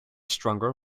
stronger